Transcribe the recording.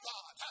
God